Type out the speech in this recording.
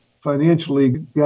financially